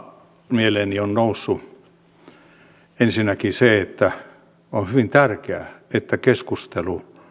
mieleeni on noussut ensinnäkin se että on hyvin tärkeää että keskustelu